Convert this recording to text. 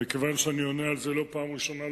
מכיוון שאני עונה על זה לא בפעם הראשונה,